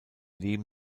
die